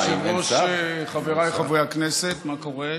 אדוני היושב-ראש, חבריי חברי הכנסת, מה קורה?